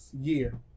year